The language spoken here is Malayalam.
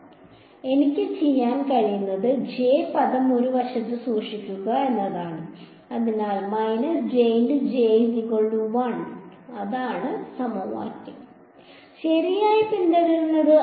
അതിനാൽ എനിക്ക് ചെയ്യാൻ കഴിയുന്നത് j പദം ഒരു വശത്ത് സൂക്ഷിക്കുക എന്നതാണ് അതിനാൽ ഇതാണ് സമവാക്യം ശരിയായി പിന്തുടരുന്നത്